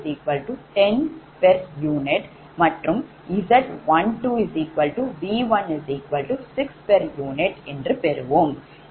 0 pu மற்றும் Z12V16 pu என்று பெறுவோம்